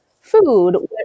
food